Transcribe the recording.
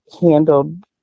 handled